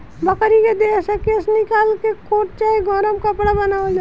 बकरी के देह से केश निकाल के कोट चाहे गरम कपड़ा बनावल जाला